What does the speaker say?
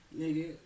nigga